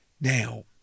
Now